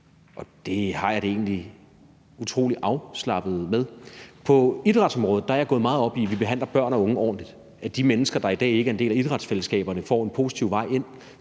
og det har jeg det egentlig utrolig afslappet med. På idrætsområdet har jeg gået meget op i, at vi behandler børn og unge ordentligt, og at de mennesker, der er i dag ikke er en del af idrætsfællesskaberne, får en positiv vej ind,